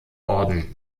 orden